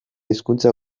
hizkuntza